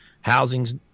housing's